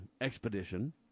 expedition